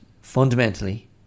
fundamentally